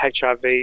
HIV